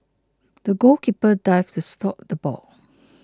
the goalkeeper dived to stop the ball